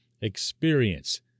experience